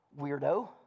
weirdo